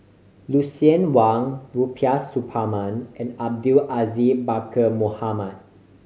Lucien Wang Rubiah Suparman and Abdul Aziz Pakkeer Mohamed